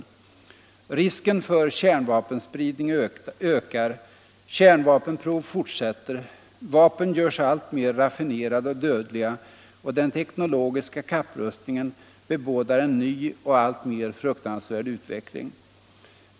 Risken för kärnvapenspridning ökar, kärnvapenprov fortsätter, vapen görs alltmer raffinerade och dödliga och den teknologiska kapprustningen bebådar en ny och alltmer fruktansvärd utveckling.